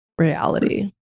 reality